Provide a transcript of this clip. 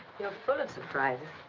you're full of surprises.